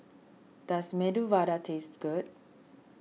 does Medu Vada taste good